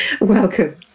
Welcome